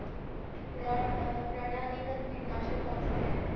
प्रणालीगत कीटनाशक कौन सा है?